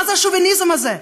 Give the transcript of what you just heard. מה זה השוביניזם הזה?